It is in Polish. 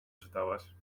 czytałaś